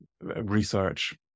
research